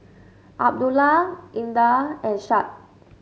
Abdullah Indah and Syed